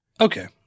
Okay